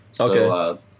Okay